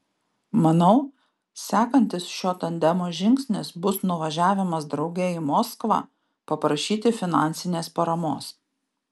manau sekantis šio tandemo žingsnis bus nuvažiavimas drauge į moskvą paprašyti finansinės paramos